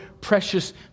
precious